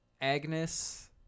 Agnes